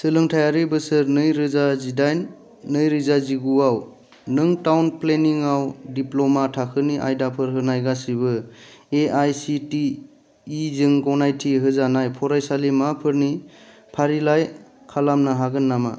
सोलोंथायारि बोसोर नैरोजा जिदाइन नैरोजा जिगुआव नों टाउन प्लेनिंआव दिप्ल'मा थाखोनि आयदाफोर होनाय गासिबो A I C T E जों गनायथि होजानाय फरायसालिमाफोरनि फारिलाइ खालामनो हागोन नामा